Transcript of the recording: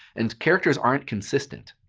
and characters aren't consistent.